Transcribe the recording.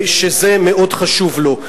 שזה מאוד חשוב לו.